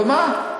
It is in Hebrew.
אבל מה?